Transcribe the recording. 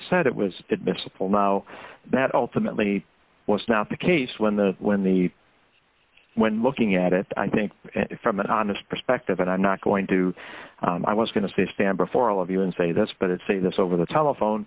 said it was admissible now that ultimately was not the case when the when the when looking at it i think from an honest perspective and i'm not going to i was going to stand before all of you and say that's but it say this over the telephone